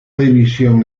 división